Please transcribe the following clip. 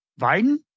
Biden